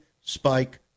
spike